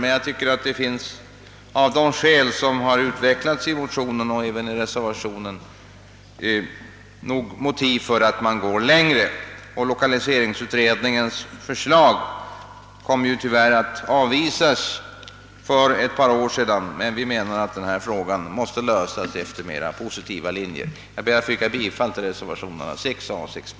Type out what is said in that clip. Men jag tycker att det, av de skäl som utvecklats i motionen och även i reservationen, finns anledning att gå längre. Lokaliseringsutredningens förslag avvisades ju tyvärr för ett par år sedan, men vi menar att denna fråga måste lösas enligt mera positiva linjer än de som för närvarande följs. Herr talman! Jag ber att få yrka bifall till reservationerna 6 a och b.